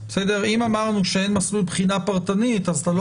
אם אמרנו שאין מסלול בחינה פרטנית אתה לא